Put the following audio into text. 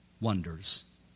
wonders